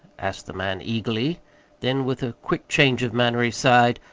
asked the man eagerly then with a quick change of manner, he sighed,